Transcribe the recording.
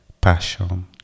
passion